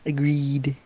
Agreed